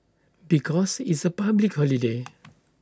because it's A public holiday